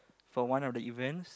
for one of the events